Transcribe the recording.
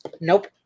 Nope